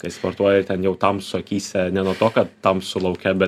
kai sportuoji ten jau tamsu akyse ne nuo to kad tamsu lauke bet